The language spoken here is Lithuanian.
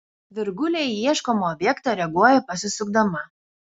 virgulė į ieškomą objektą reaguoja pasisukdama